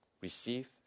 Receive